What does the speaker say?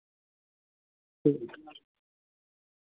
ᱦᱮᱸ